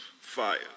Fire